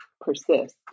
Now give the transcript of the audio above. persist